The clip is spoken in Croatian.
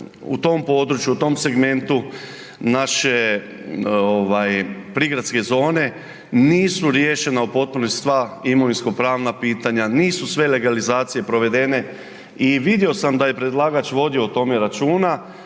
u tom području, u tom segmentu naše prigradske zone nisu riješena u potpunosti sva imovinskopravna pitanja, nisu sve legalizacije provedene i vidio sam da je predlagač vodio o tome računa,